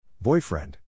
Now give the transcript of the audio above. Boyfriend